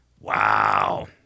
Wow